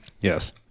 Yes